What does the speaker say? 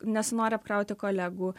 nesinori apkrauti kolegų